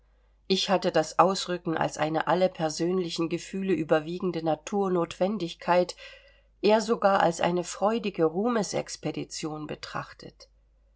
ich hatte das ausrücken als eine alle persönlichen gefühle überwiegende naturnotwendigkeit er sogar als eine freudige ruhmesexpedition betrachtet